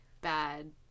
bad